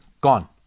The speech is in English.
Gone